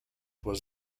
was